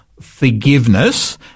forgiveness